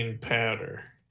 powder